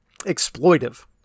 Exploitive